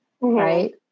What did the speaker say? right